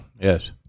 yes